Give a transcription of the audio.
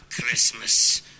Christmas